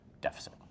deficit